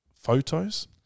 photos